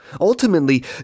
Ultimately